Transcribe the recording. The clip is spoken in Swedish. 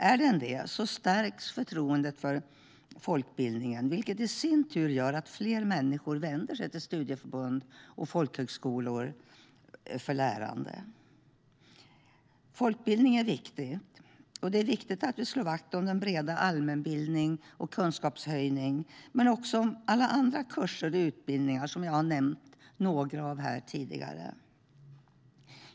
Om den är det stärks förtroendet för folkbildningen, vilket i sin tur gör att fler människor vänder sig till studieförbund och folkhögskolor för lärande. Folkbildning är viktig. Det är viktigt att vi slår vakt om den breda allmänbildningen och kunskapshöjningen men också om alla andra kurser och utbildningar, varav jag har nämnt några här tidigare.